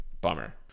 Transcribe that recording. bummer